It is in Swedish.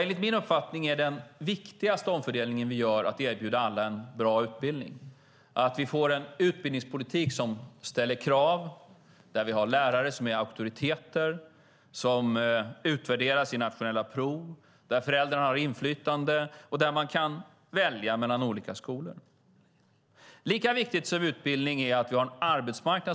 Enligt min uppfattning är den viktigaste omfördelningen att erbjuda alla en bra utbildning, att utbildningspolitiken ställer krav, lärare är auktoriteter, eleverna utvärderas i nationella prov, föräldrarna har inflytande och eleverna kan välja mellan olika skolor. Lika viktigt som utbildning är att det finns en väl fungerande arbetsmarknad.